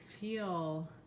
feel